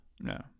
No